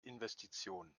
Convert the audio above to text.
investition